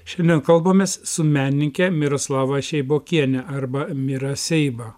šiandien kalbamės su menininke miroslava šeibokiene arba mira seiba